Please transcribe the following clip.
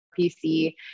PC